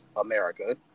America